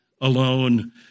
alone